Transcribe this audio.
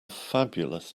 fabulous